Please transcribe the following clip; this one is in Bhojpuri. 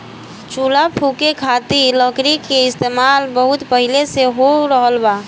चूल्हा फुके खातिर लकड़ी के इस्तेमाल बहुत पहिले से हो रहल बा